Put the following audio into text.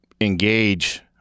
engage